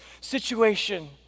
situation